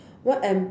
what am